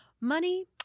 money